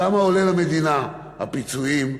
כמה עולים למדינה הפיצויים,